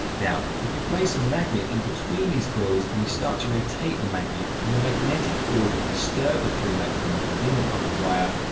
now, if we place a magnet in-between these coils, and we start to rotate the magnet, then the magnetic field will disturb the free electrons within the copper wire,